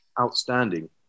outstanding